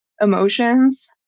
emotions